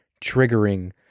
triggering